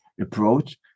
approach